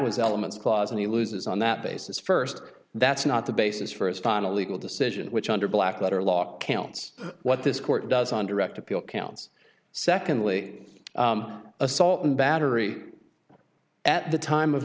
was elements clause and he loses on that basis first that's not the basis for his final legal decision which under black letter law counts what this court does on direct appeal counts secondly assault and battery at the time of